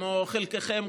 כמו חלקכם,